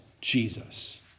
Jesus